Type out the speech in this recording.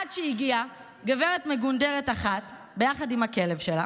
עד שהגיעה גברת מגונדרת אחת ביחד עם הכלב שלה,